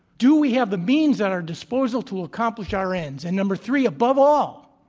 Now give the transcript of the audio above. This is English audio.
do we have the means at our disposal to accomplish our ends? and, number, three, above all,